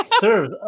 Serves